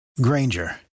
Granger